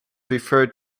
referred